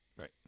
right